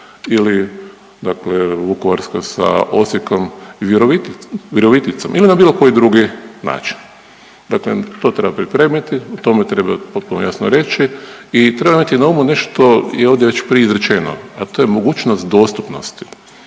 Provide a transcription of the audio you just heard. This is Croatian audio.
ili Vukovarska sa Osijekom i Viroviticom ili na bilo koji drugi način. Dakle, to treba pripremiti o tome treba potpuno jasno reći i treba imati na umu nešto je ovdje prije izrečeno, a to je mogućnost dostupnosti.